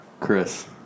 Chris